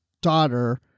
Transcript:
daughter